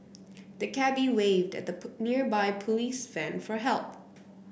the cabby waved at a nearby police van for help